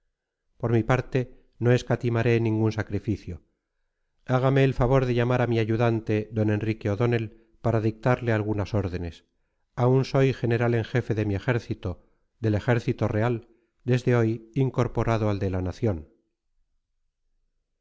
por mi parte no escatimaré ningún sacrificio hágame el favor de llamar a mi ayudante d enrique o'donnell para dictarle algunas órdenes aún soy general en jefe de mi ejército del ejército real desde hoy incorporado al de la nación